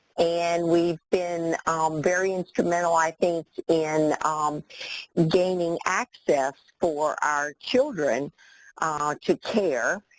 and we've been very instrumental, i think, in gaining access for our children ah to care,